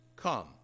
Come